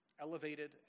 elevated